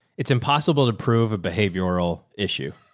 it's impossible to prove a behavioral issue.